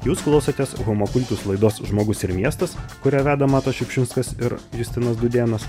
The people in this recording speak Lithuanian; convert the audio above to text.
jūs klausotės homo cultus laidos žmogus ir miestas kurią veda matas šiupšinskas ir justinas dūdėnas